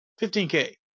15K